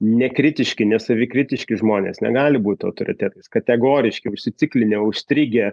nekritiški nesavikritiški žmonės negali būti autoritetais kategoriški užsiciklinę užstrigę